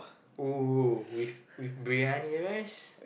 oh with Briyani rice